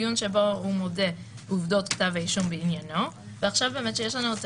(*)דיון בעניינו של אסיר שנשמעת בו עדותו